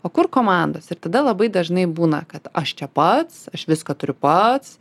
o kur komandos ir tada labai dažnai būna kad aš čia pats aš viską turiu pats